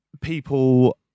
people